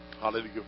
Hallelujah